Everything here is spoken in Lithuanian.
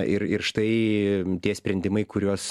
ir ir štai tie sprendimai kuriuos